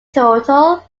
total